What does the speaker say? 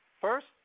First